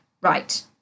Right